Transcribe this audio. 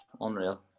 unreal